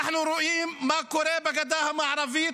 אנחנו רואים מה קורה בגדה המערבית,